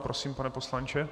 Prosím, pane poslanče.